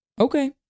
Okay